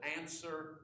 answer